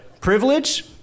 Privilege